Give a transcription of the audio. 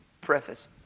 preface